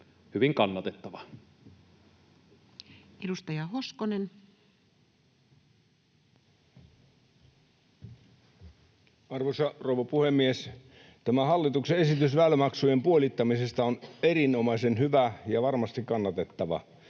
hyvin kannatettava. Edustaja Hoskonen. Arvoisa rouva puhemies! Tämä hallituksen esitys väylämaksujen puolittamisesta on erinomaisen hyvä ja varmasti kannatettava.